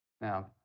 Now